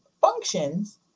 functions